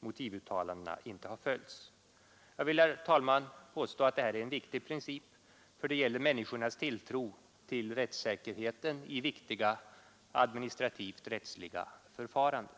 motivuttalandena inte har följts. Jag vill, herr talman, påstå att detta är en viktig princip, eftersom det gäller människornas tilltro till rättssäkerheten i viktiga administrativa rättsliga förfaranden.